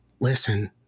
listen